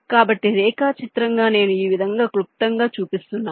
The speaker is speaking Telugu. కాబట్టి రేఖాచిత్రంగా నేను ఈ విధంగా క్లుప్తంగా చూపిస్తున్నాను